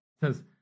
says